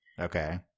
Okay